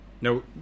No